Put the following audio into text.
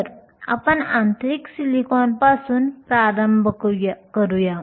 तर आपण आंतरिक सिलिकॉनपासून प्रारंभ करूया